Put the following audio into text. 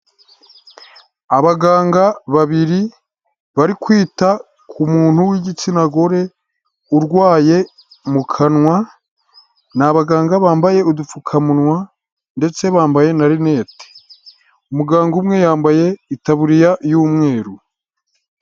Abaganga babiri bari kwita ku muntu w'igitsina gore urwaye mu kanwa, ni abaganga bambaye udupfukamunwa ndetse bambaye na rinete, umuganga umwe yambaye itaburiya y'umweru.